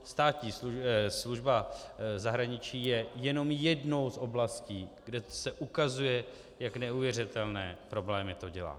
Státní služba v zahraničí je jenom jednou z oblastí, kde se ukazuje, jak neuvěřitelné problémy to dělá.